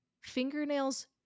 fingernails